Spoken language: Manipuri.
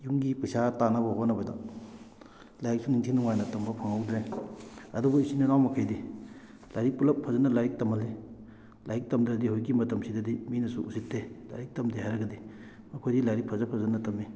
ꯌꯨꯝꯒꯤ ꯄꯩꯁꯥ ꯇꯥꯟꯅꯕ ꯍꯣꯠꯅꯕꯗ ꯂꯥꯏꯔꯤꯛꯁꯨ ꯅꯤꯡꯊꯤ ꯅꯨꯡꯉꯥꯏꯅ ꯇꯝꯕ ꯐꯪꯍꯧꯗ꯭ꯔꯦ ꯑꯗꯨꯕꯨ ꯏꯆꯤꯜ ꯏꯅꯥꯎ ꯃꯈꯩꯗꯤ ꯂꯥꯏꯔꯤꯛ ꯄꯨꯂꯞ ꯐꯖꯅ ꯂꯥꯏꯔꯤꯛ ꯇꯝꯍꯜꯂꯤ ꯂꯥꯏꯔꯤꯛ ꯇꯝꯗ꯭ꯔꯗꯤ ꯍꯧꯖꯤꯛꯀꯤ ꯃꯇꯝꯁꯤꯗꯗꯤ ꯃꯤꯅꯁꯨ ꯎꯁꯤꯠꯇꯦ ꯂꯥꯏꯔꯤꯛ ꯇꯝꯗꯦ ꯍꯥꯏꯔꯒꯗꯤ ꯃꯈꯣꯏꯗꯤ ꯂꯥꯏꯔꯤꯛ ꯐꯖ ꯐꯖꯅ ꯇꯝꯃꯤ